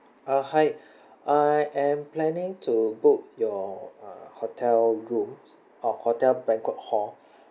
uh hi I am planning to book your uh hotel rooms uh hotel banquet hall